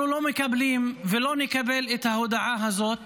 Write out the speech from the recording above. אנחנו לא מקבלים ולא נקבל את ההודעה הזאת,